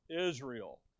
Israel